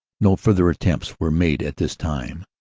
no further attempts were made at this time.